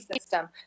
system